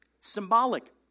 Symbolic